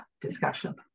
discussion